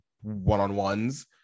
one-on-ones